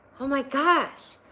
oh my gosh.